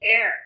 air